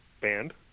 band